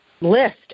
list